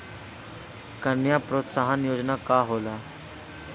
कन्या प्रोत्साहन योजना का होला?